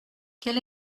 quel